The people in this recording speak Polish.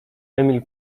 emil